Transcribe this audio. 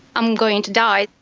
i'm going to die.